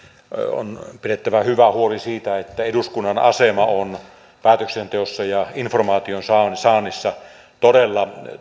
on pidettävä hyvä huoli siitä että eduskunnan asema on päätöksenteossa ja informaation saannissa todella